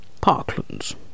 Parklands